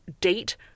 date